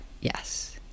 Yes